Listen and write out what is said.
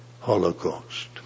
Holocaust